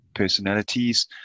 personalities